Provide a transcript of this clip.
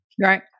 Right